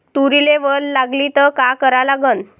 तुरीले वल लागली त का करा लागन?